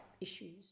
issues